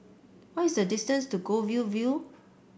what is the distance to Goldhill View